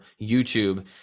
YouTube